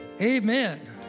amen